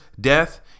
death